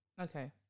Okay